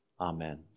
Amen